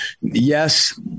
Yes